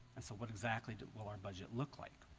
and so what exactly did well our budget look like